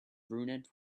brunette